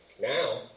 Now